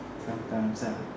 sometimes ah